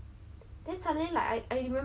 ah we were playing